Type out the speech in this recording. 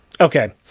Okay